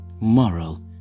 Moral